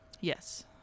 yes